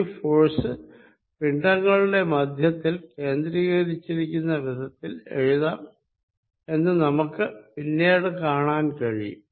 ഈ ഫോഴ്സ് പിണ്ഡങ്ങളുടെ മധ്യത്തിൽ കേന്ദ്രീകരിച്ചിരിക്കുന്ന വിധത്തിൽ എഴുതാം എന്ന് നമുക്ക് പിന്നീട് കാണാൻ കഴിയും